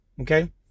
Okay